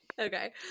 Okay